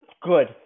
good